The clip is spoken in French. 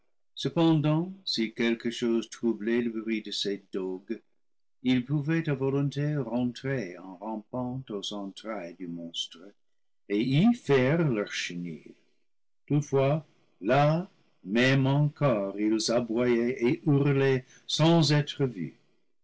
cependant si quelque chose troublait le bruit de ces dogues ils pouvaient à volonté rentrer en rampant aux entrailles du monstre et y faire leur chenil toutefois là même encore ils aboyaient et hurlaient sans être vus